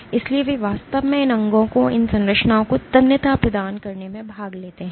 इसलिए वे वास्तव में इन अंगों को इन संरचनाओं को तन्यता प्रदान करने में भाग लेते हैं